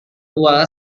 tua